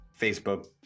Facebook